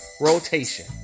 rotation